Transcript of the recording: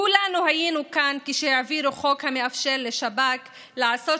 כולנו היינו כאן כשהעבירו חוק המאפשר לשב"כ לעשות